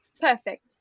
Perfect